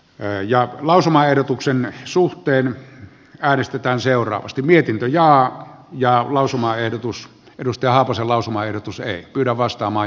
löijan lausumaehdotuksemme suhteen ahdistetaan seuraavasti mietintö ja jan lausumaehdotus edusti ahosen lausumaehdotus ei kyllä vastaaman